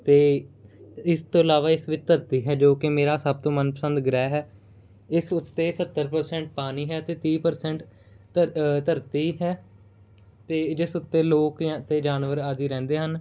ਅਤੇ ਇਸ ਤੋਂ ਇਲਾਵਾ ਇਸ ਵਿੱਚ ਧਰਤੀ ਹੈ ਜੋ ਕਿ ਮੇਰਾ ਸਭ ਤੋਂ ਮਨ ਪਸੰਦ ਗ੍ਰਹਿ ਹੈ ਇਸ ਉੱਤੇ ਸੱਤਰ ਪ੍ਰਸੈਂਟ ਪਾਣੀ ਹੈ ਅਤੇ ਤੀਹ ਪ੍ਰਸੈਂਟ ਧ ਧਰਤੀ ਹੈ ਅਤੇ ਜਿਸ ਉੱਤੇ ਲੋਕ ਅਤੇ ਜਾਨਵਰ ਆਦਿ ਰਹਿੰਦੇ ਹਨ